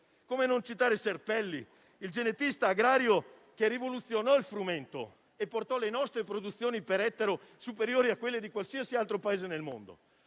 Come non citare Strampelli, il genetista agrario che rivoluzionò il frumento e portò le nostre produzioni per ettaro superiori a quelle di qualsiasi altro Paese nel mondo?